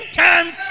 times